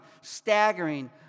staggering